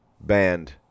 band